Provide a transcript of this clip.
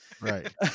Right